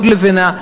עוד לבנה,